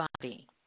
body